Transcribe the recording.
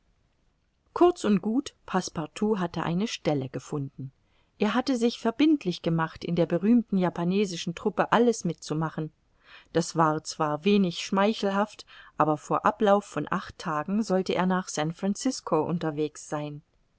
kurz und gut passepartout hatte eine stelle gefunden er hatte sich verbindlich gemacht in der berühmten japanesischen truppe alles mitzumachen das war zwar wenig schmeichelhaft aber vor ablauf von acht tagen sollte er nach san francisco unterwegs sein